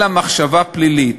אלא מחשבה פלילית.